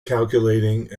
calculating